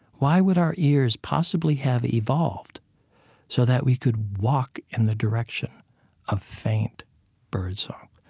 why would our ears possibly have evolved so that we could walk in the direction of faint birdsong?